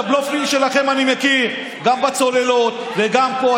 את הבלופים שלכם אני מכיר, גם בצוללות וגם פה.